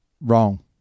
Wrong